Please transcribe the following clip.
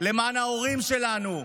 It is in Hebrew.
למען ההורים שלנו,